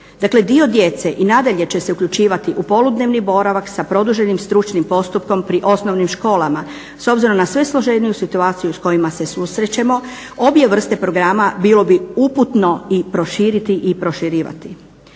dio djece i nadalje će se uključivati u poludnevni boravak sa produženim stručnim postupkom pri osnovnim školama s obzirom na sve složeniju situacije s kojima se susrećemo obje vrste programa bilo bi uputno i proširiti i proširivati.